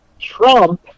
Trump